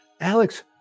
Alex